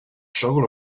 struggle